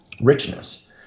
richness